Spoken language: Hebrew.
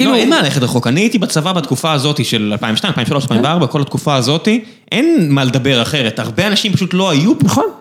כאילו אין מה ללכת רחוק, אני הייתי בצבא בתקופה הזאתי של 2002-2003-2004, כל התקופה הזאתי, אין מה לדבר אחרת, הרבה אנשים פשוט לא היו. נכון.